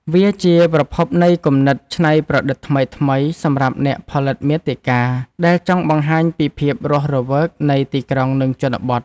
វាជាប្រភពនៃគំនិតច្នៃប្រឌិតថ្មីៗ សម្រាប់អ្នកផលិតមាតិកាដែលចង់បង្ហាញពីភាពរស់រវើកនៃទីក្រុង និងជនបទ។